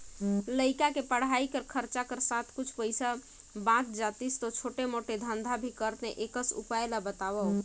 लइका के पढ़ाई कर खरचा कर साथ कुछ पईसा बाच जातिस तो छोटे मोटे धंधा भी करते एकस उपाय ला बताव?